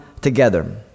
together